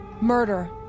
Murder